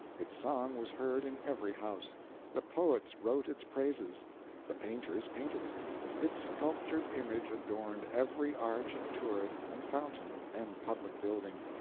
its song was heard in every house the poets wrote its praises the painters painted it its sculptured image adorned every arch and turret and fountain and public building.